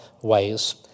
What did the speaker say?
ways